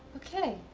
okay,